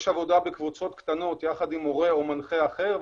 יש עבודה בקבוצות קטנות יחד עם מורה או מנחה אחר,